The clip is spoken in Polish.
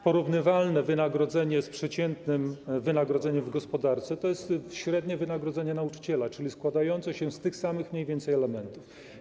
Porównywalne wynagrodzenie z przeciętnym wynagrodzeniem w gospodarce to jest średnie wynagrodzenie nauczyciela, czyli składające się mniej więcej z tych samych elementów.